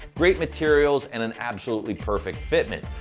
great materials and an absolutely perfect fitment.